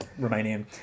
Romanian